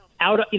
out